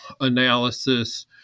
analysis